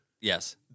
Yes